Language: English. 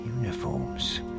Uniforms